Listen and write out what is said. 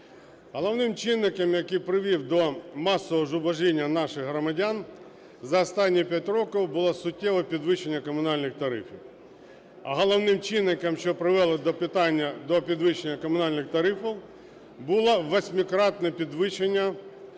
Головним чинником, який привів до масового зубожіння наших громадян за останні 5 років, було суттєве підвищення комунальних тарифів. А головним чинником, що привело до питання до підвищення комунальних тарифів, було восьмикратне підвищення